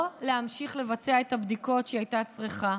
להמשיך לבצע את הבדיקות שהיא הייתה צריכה.